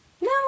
No